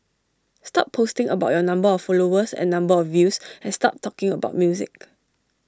stop posting about your number of followers and number of views and start talking about music